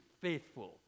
faithful